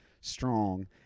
strong